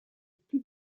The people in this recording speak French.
plus